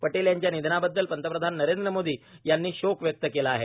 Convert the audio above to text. पटेल यांच्या निधनाबद्दल पंतप्रधान नरेंद्र मोदी यांनी शोक व्यक्त केला आहे